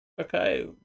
Okay